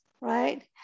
right